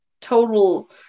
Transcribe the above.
total